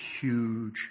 huge